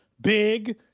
Big